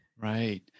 Right